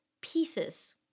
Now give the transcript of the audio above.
pieces